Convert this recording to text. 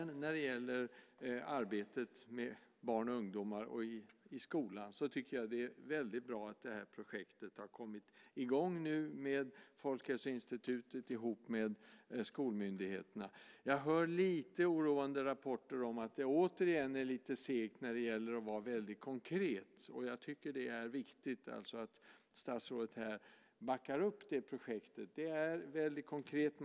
När det gäller arbetet med barn och ungdomar i skolan är det bra att projektet har kommit i gång med Folkhälsoinstitutet ihop med skolmyndigheterna. Jag hör lite oroande rapporter om att det återigen är lite segt när det gäller att vara konkret. Det är viktigt att statsrådet backar upp projektet. Det är konkret.